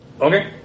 Okay